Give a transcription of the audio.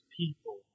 people